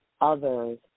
others